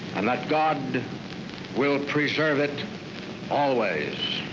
and that god will preserve it always.